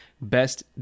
best